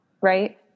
right